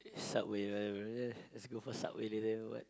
subway let's go for subway